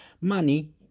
Money